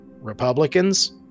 Republicans